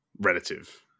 relative